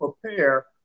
prepare